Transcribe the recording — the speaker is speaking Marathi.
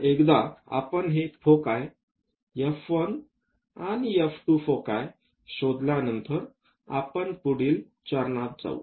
तर एकदा आपण हे फोकाय F1 F 2 फोकस शोधल्यानंतर आपण पुढील चरणात जाऊ